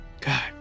God